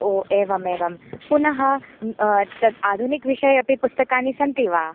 ओ एवम् एवं पुनः तत् आधुनिकषये अपि पुस्तकानि सन्ति वा